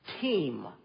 team